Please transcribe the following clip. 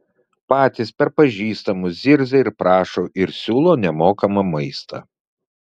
patys per pažįstamus zirzia ir prašo ir siūlo nemokamą maistą